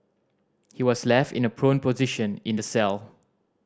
he was left in a prone position in the cell